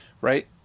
right